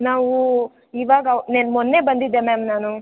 ನಾವು ಇವಾಗ ನೆನ್ನೆ ಮೊನ್ನೆ ಬಂದಿದ್ದೆ ಮ್ಯಾಮ್ ನಾನು